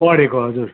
पढेको हजुर